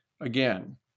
Again